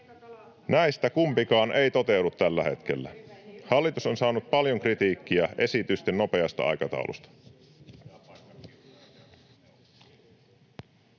Näistä kumpikaan ei toteudu tällä hetkellä. Hallitus on saanut paljon kritiikkiä esitysten nopeasta aikataulusta.